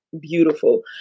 beautiful